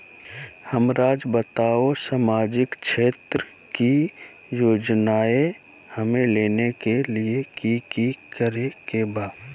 हमराज़ बताओ कि सामाजिक क्षेत्र की योजनाएं हमें लेने के लिए कि कि करे के बा?